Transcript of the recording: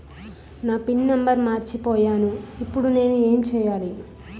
నా PIN number మర్చిపోయాను ఇప్పుడు నేను ఎంచేయాలి?